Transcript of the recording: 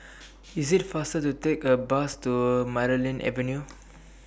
IS IT faster The Take A Bus to Marlene Avenue